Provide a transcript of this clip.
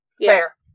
Fair